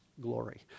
glory